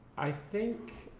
i think